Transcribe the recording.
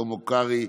שלמה קרעי,